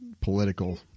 political